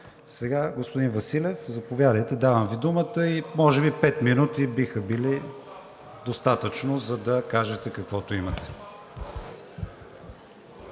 Господин Василев, заповядайте, давам Ви думата и може би пет минути биха били достатъчни, за да кажете каквото имате.